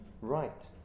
right